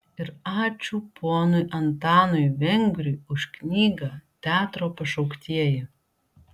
ir ačiū ponui antanui vengriui už knygą teatro pašauktieji